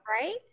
Right